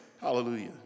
Hallelujah